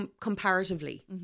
comparatively